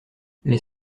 les